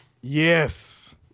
Yes